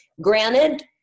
Granted